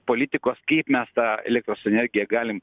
politikos kaip mes tą elektros energiją galim